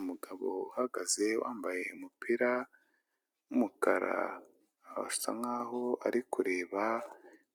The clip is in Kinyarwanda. Umugabo uhagaze wambaye umupira w'umukara asa nkaho ari kureba